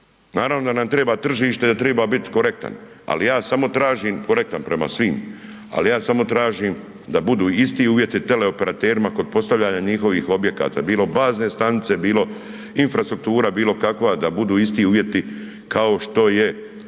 Naravno da nam treba tržište, da treba biti korektan ali ja samo tražim korektno prema svim, ali ja samo tražim da budu isti uvjeti teleoperaterima kod postavljanja njihovih objekata, bilo bazne stanice, bilo infrastruktura bilokakva, da budu isti uvjeti kao što je u